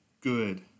good